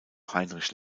heinrich